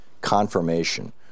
confirmation